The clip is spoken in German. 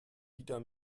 wieder